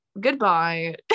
goodbye